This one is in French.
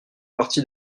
partie